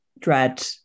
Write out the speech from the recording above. dread